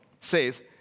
says